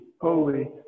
Holy